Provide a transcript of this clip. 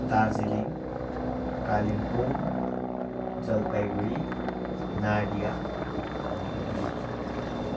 दार्जिलिङ कालिम्पोङ जलपाइगढी नदिया अनि हुगली